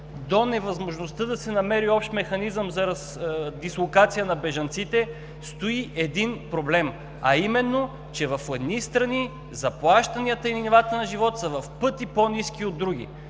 до невъзможността да се намери общ механизъм за дислокация на бежанците, стои един проблем, а именно, че в едни страни заплащанията и нивата на живот са в пъти по-ниски от други.